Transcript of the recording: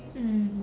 mm